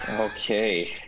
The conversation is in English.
Okay